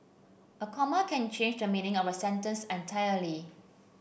a comma can change the meaning of a sentence entirely